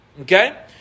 Okay